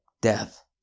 death